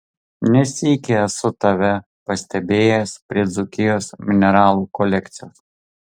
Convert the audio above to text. ne sykį esu tave pastebėjęs prie dzūkijos mineralų kolekcijos